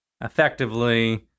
effectively